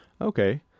Okay